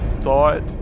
thought